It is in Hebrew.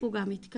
הוא גם מתקשר,